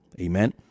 Amen